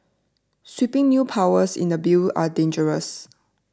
sweeping new powers in the bill are dangerous